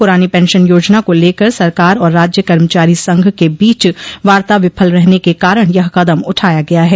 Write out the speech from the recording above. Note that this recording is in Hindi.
पुरानी पेंशन योजना को लेकर सरकार और राज्य कर्मचारी संघ के बीच वार्ता विफल रहने के कारण यह कदम उठाया गया है